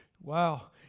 Wow